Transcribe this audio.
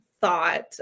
thought